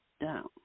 down